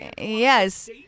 yes